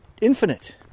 infinite